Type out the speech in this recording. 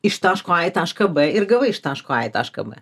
iš taško a į tašką b ir gavai iš taško a į tašką b